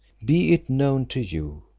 be it known to you,